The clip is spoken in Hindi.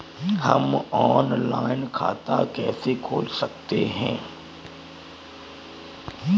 हम ऑनलाइन खाता कैसे खोल सकते हैं?